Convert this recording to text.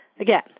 Again